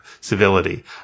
civility